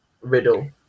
Riddle